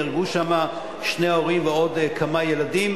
נהרגו שם שני ההורים ועוד כמה ילדים,